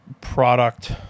product